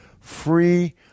Free